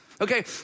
Okay